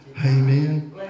Amen